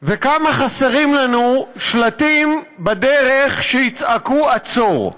וכמה חסרים לנו שלטים בדרך שיצעקו: עצור.